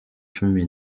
cumi